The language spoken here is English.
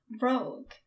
rogue